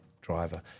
driver